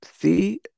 see